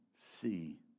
see